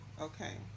okay